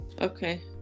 Okay